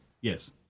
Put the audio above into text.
yes